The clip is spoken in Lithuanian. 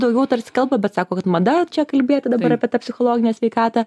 daugiau tarsi kalba bet sako kad mada čia kalbėti dabar apie tą psichologinę sveikatą